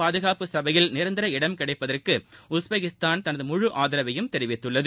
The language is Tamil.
பாதுகாப்பு சபையில் நிரந்தர இடம் கிடைப்பதற்கு உஸ்பெகிஸ்தான் தனது முழு ஆதரவையும் தெரிவித்துள்ளது